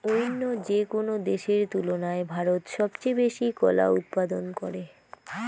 অইন্য যেকোনো দেশের তুলনায় ভারত সবচেয়ে বেশি কলা উৎপাদন করে